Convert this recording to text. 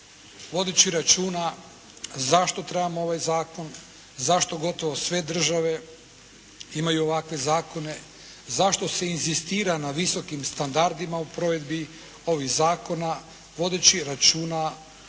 Vodeći računa zašto trebamo ovaj zakon, zašto gotovo sve države imaju ovakve zakone, zašto se inzistira na visokim standardima u provedbi ovih zakona, vodeći računa